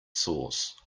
sauce